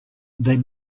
they